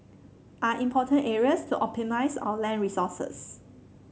are important areas to optimise our land resources